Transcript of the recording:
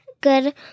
good